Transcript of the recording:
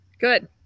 Good